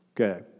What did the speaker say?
okay